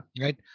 Right